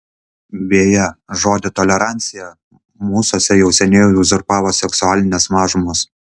beje žodį tolerancija mūsuose jau seniai uzurpavo seksualinės mažumos